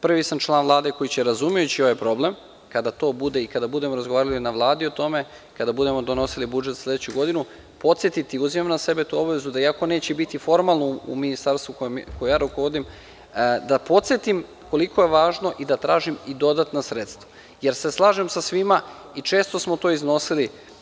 Prvi sam član Vlade koji će, razumejući ovaj problem, kada to bude i kada budemo razgovarali na Vladi o tome, kada budemo donosili budžet za sledeću godinu, podsetiti, uzimam na sebe tu obavezu da i ako neće biti formalno u Ministarstvu kojim ja rukovodim, da podsetim koliko je važno i da tražim i dodatna sredstva, jer se slažem sa svima i često smo to iznosili.